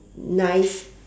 nice